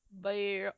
Bye